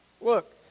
Look